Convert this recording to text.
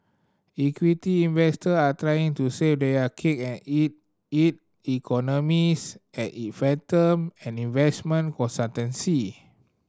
equity investor are trying to save their cake and eat it economists at it Fathom an investment